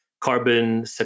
carbon